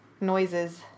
noises